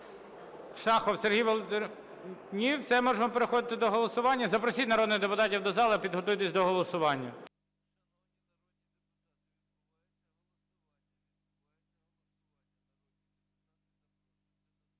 Шахов Сергій, ні? Все? Можна переходити до голосування? Запросіть народних депутатів до зали, підготуйтесь до голосування.